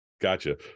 Gotcha